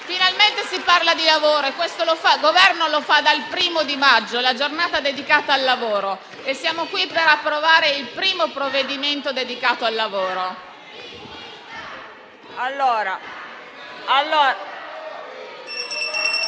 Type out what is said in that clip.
Finalmente si parla di lavoro e questo il Governo lo fa dal 1° maggio, dalla giornata dedicata al lavoro, e siamo qui per approvare il primo provvedimento dedicato al lavoro.